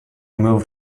moved